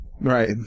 Right